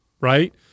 Right